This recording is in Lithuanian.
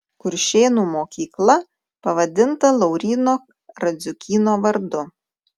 kuršėnų mokykla pavadinta lauryno radziukyno vardu